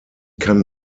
kann